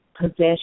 possession